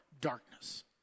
darkness